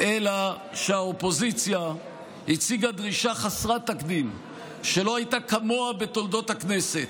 אלא שהאופוזיציה הציגה דרישה חסרת תקדים שלא הייתה כמוה בתולדות הכנסת,